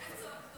אין צורך.